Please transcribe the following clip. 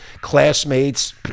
classmates